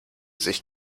sich